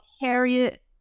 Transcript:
Harriet